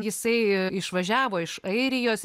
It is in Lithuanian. jisai išvažiavo iš airijos